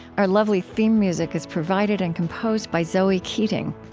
our lovely theme music is provided and composed by zoe keating.